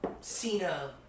Cena